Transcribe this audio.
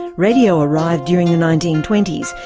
radio arrived during the nineteen twenty s,